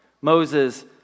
Moses